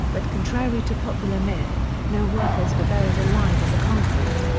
but contrary to popular myth, no workers were buried alive in the concrete.